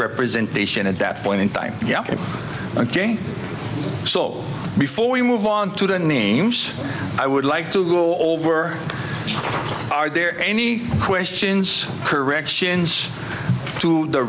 representation at that point in time yeah so before we move on to the names i would like to go over or are there any questions corrections to the